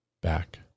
back